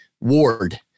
Ward